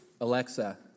Alexa